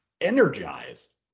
energize